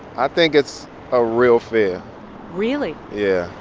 i think it's a real fear really? yeah,